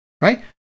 Right